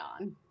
on